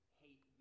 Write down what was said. hate